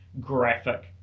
graphic